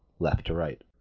left to right.